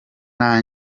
nta